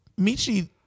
Michi